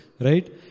Right